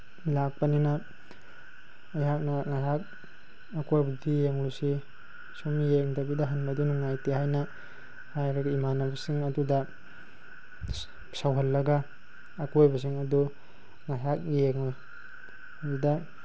ꯂꯥꯛꯄꯅꯤꯅ ꯑꯩꯍꯥꯛꯅ ꯉꯥꯏꯍꯥꯛ ꯑꯀꯣꯏꯕꯗꯨꯗ ꯌꯦꯡꯂꯨꯁꯤ ꯁꯨꯝ ꯌꯦꯡꯗꯕꯤꯗ ꯍꯟꯕꯗꯨ ꯅꯨꯡꯉꯥꯏꯇꯦ ꯍꯥꯏꯅ ꯍꯥꯏꯔꯒ ꯏꯃꯥꯟꯅꯕꯁꯤꯡ ꯑꯗꯨꯗ ꯁꯧꯍꯜꯂꯒ ꯑꯀꯣꯏꯕꯁꯤꯡ ꯑꯗꯨ ꯉꯥꯏꯍꯥꯛ ꯌꯦꯡꯉꯨꯏ ꯑꯗꯨꯗ